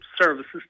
services